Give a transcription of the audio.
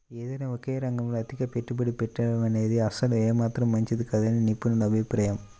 ఏదైనా ఒకే రంగంలో అతిగా పెట్టుబడి పెట్టడమనేది అసలు ఏమాత్రం మంచిది కాదని నిపుణుల అభిప్రాయం